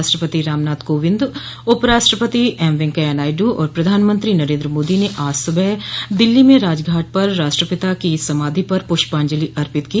राष्ट्रपति रामनाथ कोविंद उपराष्ट्रपति एम वेंकैया नायडू और प्रधानमंत्री नरेन्द्र मोदी ने आज सुबह दिल्ली में राजघाट पर राष्ट्रपिता की समाधि पर पष्पांजलि अर्पित की